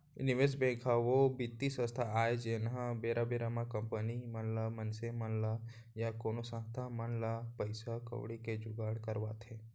निवेस बेंक ह ओ बित्तीय संस्था आय जेनहा बेरा बेरा म कंपनी मन ल मनसे मन ल या कोनो संस्था मन ल पइसा कउड़ी के जुगाड़ करवाथे